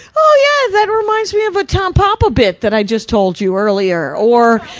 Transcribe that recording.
oh yeah, that reminds me of a tom papa bit that i just told you earlier. or,